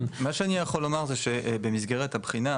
מה שאני יכול לומר שבמסגרת הבחינה,